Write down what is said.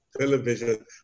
television